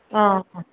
ಹಾಂ